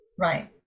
right